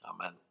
Amen